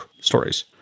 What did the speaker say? stories